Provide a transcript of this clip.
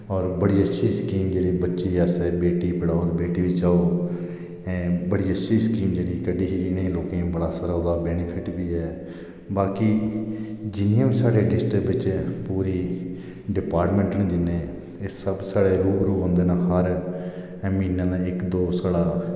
और बड़ी अच्छी स्कीम जेहड़ी बच्ची आहली बेटी पढ़ाओ ते बेटी बचाओ बड़ी अच्छी स्कीम जेहड़ी कड्ढी ही इनें लोकें गी बड़ा वेनिफिट बी ऐ बाकी जिनें बी साढ़े डिस्ट्रिक्ट बिच पूरी डिपार्टमेंट न जियां एह् सब साढे ओंदे ना हर म्हीने दा इक दो साढ़ा